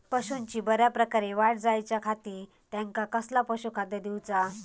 पशूंची बऱ्या प्रकारे वाढ जायच्या खाती त्यांका कसला पशुखाद्य दिऊचा?